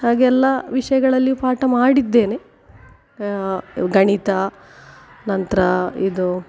ಹಾಗೆಲ್ಲ ವಿಷಯಗಳಲ್ಲಿಯೂ ಪಾಠ ಮಾಡಿದ್ದೇನೆ ಗಣಿತ ನಂತರ ಇದು